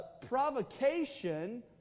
provocation